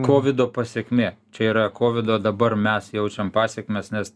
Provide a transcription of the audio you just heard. kovido pasekmė čia yra kovido dabar mes jaučiam pasekmes nes